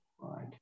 right